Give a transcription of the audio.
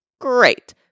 Great